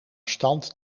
stand